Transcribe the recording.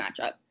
matchup